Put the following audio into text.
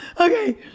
Okay